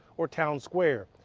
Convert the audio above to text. or town square,